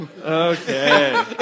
Okay